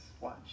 Watch